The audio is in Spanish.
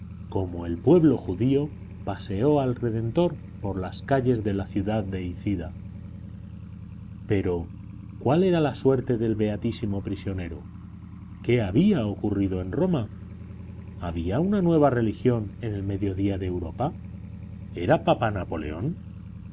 como el pueblo judío paseó al redentor por las calles de la ciudad deicida pero cuál era la suerte del beatísimo prisionero qué había ocurrido en roma había una nueva religión en el mediodía de europa era papa napoleón